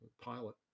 pilot